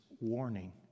warning